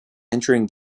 entering